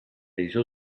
hizo